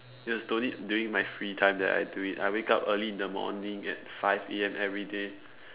yes only during my free time then I do it I wake up early in the morning at five A_M every day